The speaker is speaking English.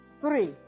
Three